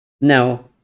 Now